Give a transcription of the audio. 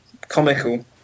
comical